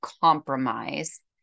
compromise